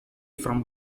from